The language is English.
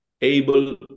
able